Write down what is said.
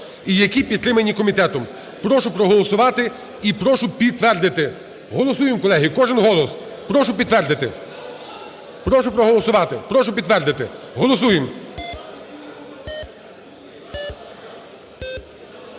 і які підтримані комітетом, прошу проголосувати і прошу підтвердити. Голосуємо, колеги, кожен голос, прошу підтвердити, прошу проголосувати, прошу підтвердити, голосуємо.